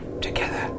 together